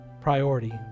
priority